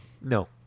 No